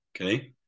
okay